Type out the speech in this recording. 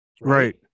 right